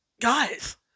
guys